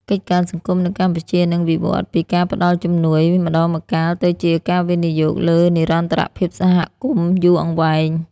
កិច្ចការសង្គមនៅកម្ពុជានឹងវិវឌ្ឍពីការផ្តល់ជំនួយម្តងម្កាល ទៅជាការវិនិយោគលើ និរន្តរភាពសហគមន៍ យូរអង្វែង។